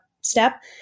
step